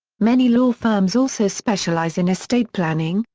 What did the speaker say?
many law firms also specialize in estate planning,